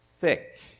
thick